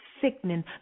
sickening